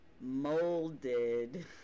Molded